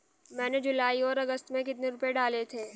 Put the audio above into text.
मैंने जुलाई और अगस्त में कितने रुपये डाले थे?